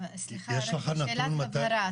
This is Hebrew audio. סליחה, רק שאלת הבהרה.